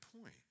point